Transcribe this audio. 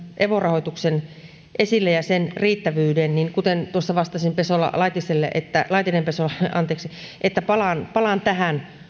evo rahoituksen ja sen riittävyyden kuten tuossa vastasin laitinen pesolalle että palaan palaan tähän